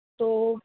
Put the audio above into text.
તો